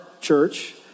church